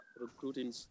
recruiting